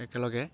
একেলগে